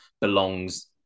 belongs